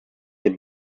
den